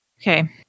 Okay